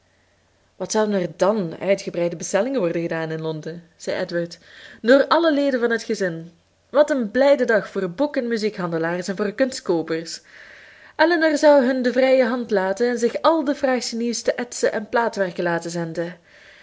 wat zouden er dàn uitgebreide bestellingen worden gedaan in londen zei edward door alle leden van het gezin wat een blijde dag voor boek en muziekhandelaars en voor kunstkoopers elinor zou hun de vrije hand laten en zich al de fraaiste nieuwste etsen en plaatwerken laten zenden